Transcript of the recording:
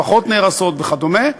משפחות נהרסות וכדומה.